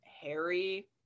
Harry